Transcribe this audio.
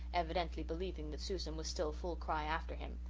evidently believing that susan was still full cry after him.